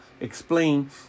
explain